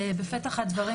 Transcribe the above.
בפתח הדברים,